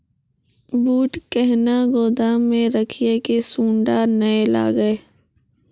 बूट कहना गोदाम मे रखिए की सुंडा नए लागे?